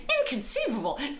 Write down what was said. inconceivable